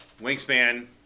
wingspan